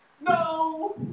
no